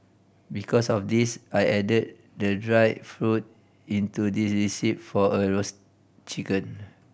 because of this I added the dried fruit into this recipe for a roast chicken